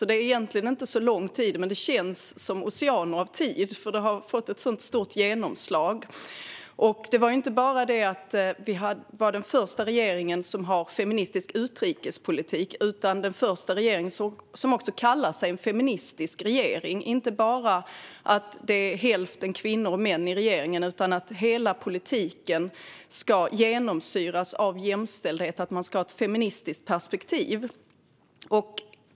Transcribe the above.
Det är egentligen inte så lång tid, men det känns som oceaner av tid eftersom den har fått ett så stort genomslag. Det handlar inte bara om att Sveriges regering var den första regeringen som hade en feministisk utrikespolitik, utan det var också den första regeringen som också kallade sig för en feministisk regering. Det innebär inte bara att det är hälften kvinnor och hälften män i regeringen utan att hela politiken ska genomsyras av jämställdhet och att man ska ha ett feministiskt perspektiv.